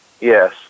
Yes